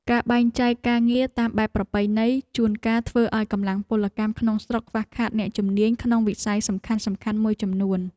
ការបែងចែកការងារតាមបែបប្រពៃណីជួនកាលធ្វើឱ្យកម្លាំងពលកម្មក្នុងស្រុកខ្វះខាតអ្នកជំនាញក្នុងវិស័យសំខាន់ៗមួយចំនួន។